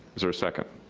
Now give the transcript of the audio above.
is there a second?